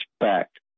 fact